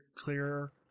clearer